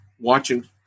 watching